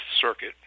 Circuit